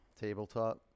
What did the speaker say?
Tabletop